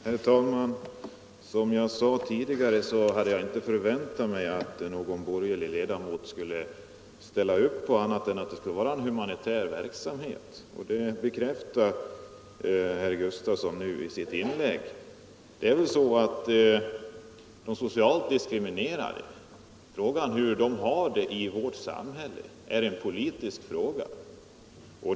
Nr 101 Herr talman! Som jag sade tidigare hade jag inte förväntat mig att Onsdagen den någon borgerlig ledamot skulle ställa upp på annat än att verksamheten = 7 april 1976 skulle vara humanitär, och det bekräftar herr Gustavsson i Alvesta nu ——- i sitt inlägg. Vissa anslag inom Hur de socialt diskriminerade har det i vårt samhälle är en politisk — socialdepartemenfråga.